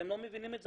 אתם לא מבינים את זה,